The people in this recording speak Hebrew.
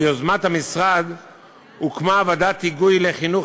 ביוזמת המשרד הוקמה ועדת היגוי לחינוך